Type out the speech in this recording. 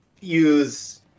Use